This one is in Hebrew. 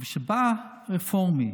אבל כשבא רפורמי,